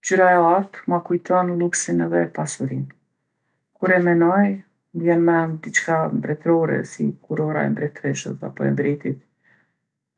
Ngjyra e artë ma kujton lluksin edhe pasurinë. Kur e menoj, m'vjen n'men diçka mbretore, si kurora e mbretreshës apo e mbretit.